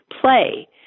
play